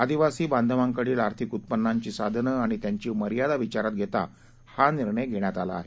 आदिवासी बांधवांकडील आर्थिक उत्पन्नाची साधनं आणि त्यांची मर्यादा विचारात घेता हा निर्णय घेण्यात आला आहे